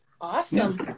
Awesome